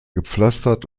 gepflastert